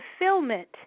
fulfillment